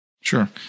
sure